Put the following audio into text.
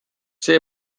see